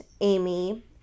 Amy